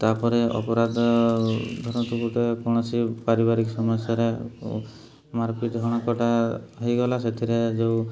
ତା'ପରେ ଅପରାଧ ଧରନ୍ତୁ ଗୋଟେ କୌଣସି ପାରିବାରିକ ସମସ୍ୟାରେ ମାର୍ପିଟ୍ ହଣାକଟା ହେଇଗଲା ସେଥିରେ ଯୋଉ